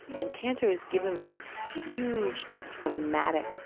and cancer has given me this huge, dramatic,